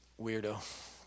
weirdo